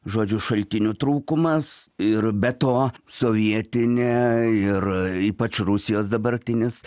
žodžiu šaltinių trūkumas ir be to sovietinė ir ypač rusijos dabartinis